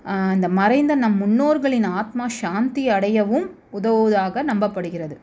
இந்த மறைந்த நம் முன்னோர்களின் ஆத்மா சாந்தி அடையவும் உதவுவதாக நம்பப்படுகிறது